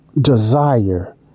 desire